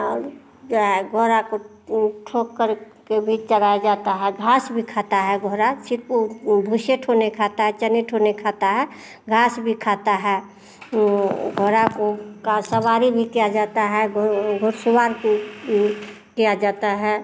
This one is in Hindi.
और जो है घोड़ा को ठो करके चराया जाता है घास भी खाता है घोड़ा सिर्फ भूसे ठो नहीं खाता है चने ठो नहीं खाता है घास भी खाता है घोड़ा का सवारी भी किया जाता है घुड़सवार को किया जाता है